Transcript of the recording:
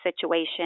situation